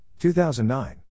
2009